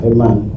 Amen